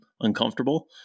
uncomfortable